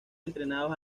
entrenados